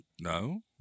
No